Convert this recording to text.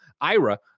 Ira